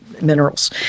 minerals